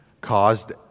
caused